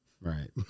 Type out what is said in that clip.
Right